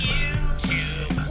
YouTube